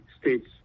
states